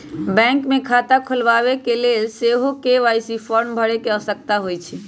bank मे खता खोलबाबेके लेल सेहो के.वाई.सी फॉर्म भरे के आवश्यकता होइ छै